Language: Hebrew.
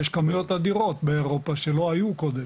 יש מאות אדירות באירופה שלא היו קודם